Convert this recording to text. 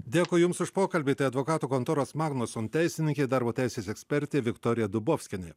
dėkui jums už pokalbį tai advokatų kontoros magnuson teisininkė darbo teisės ekspertė viktorija dubovskienė